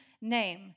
name